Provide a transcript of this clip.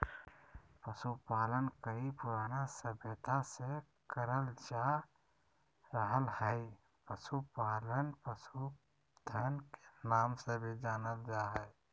पशुपालन कई पुरान सभ्यता से करल जा रहल हई, पशुपालन पशुधन के नाम से भी जानल जा हई